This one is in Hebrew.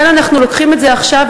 לכן אנחנו לוקחים את זה עכשיו,